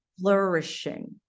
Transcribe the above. flourishing